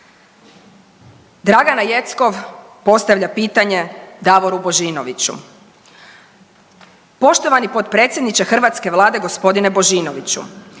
Dragana Jeckov postavlja pitanje Davoru Božinoviću, poštovani potpredsjedniče hrvatske Vlade g. Božinoviću.